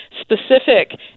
specific